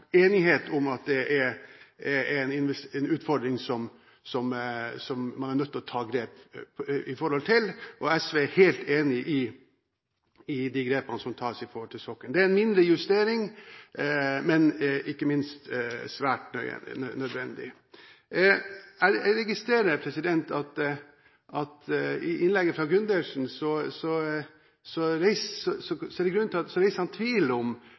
enighet om at det er en utfordring som man er nødt til å ta grep om. SV er helt enig i de grepene som tas når det gjelder sokkelen. Det er en mindre justering, men ikke minst svært nødvendig. Jeg registrerer at i innlegget fra representanten Gundersen reiser han tvil om